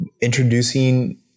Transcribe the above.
introducing